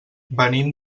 venim